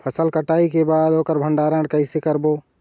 फसल कटाई के बाद ओकर भंडारण कइसे करबो?